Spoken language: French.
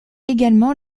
également